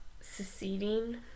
seceding